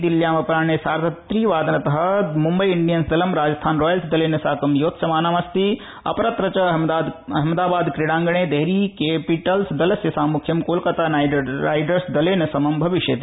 दिल्ल्यां अपराहणे सार्ध त्रिवादन तः मंबई इंडियंस दल राजस्थान रॉयल्स दलेन साक योत्स्यमानमस्ति अपरत्र च अहमदाबाद क्रीडाङ्गणे डेल्ही कैपिटल्स दलस्य साम्मुख्यं कोलकाता नाइट राइडर्स दलेन समं भविष्यति